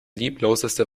liebloseste